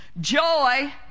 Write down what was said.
Joy